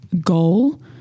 goal